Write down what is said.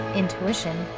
intuition